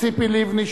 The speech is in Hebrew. ציפי לבני,